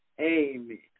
Amen